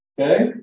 okay